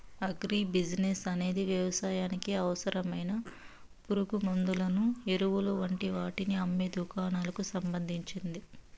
agri business అనేది వ్యవసాయానికి అవసరమైన పురుగుమండులను, ఎరువులు వంటి వాటిని అమ్మే దుకాణాలకు సంబంధించింది